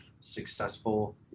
successful